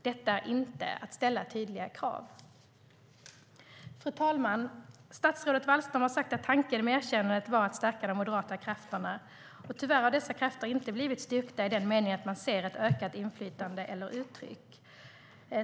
Detta är inte att ställa tydliga krav. Fru talman! Statsrådet Wallström har sagt att tanken med erkännandet var att stärka de moderata krafterna. Tyvärr har dessa krafter inte blivit styrkta i den meningen att man ser ett ökat inflytande eller uttryck.